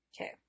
Okay